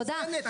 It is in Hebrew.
תודה.